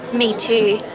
me too.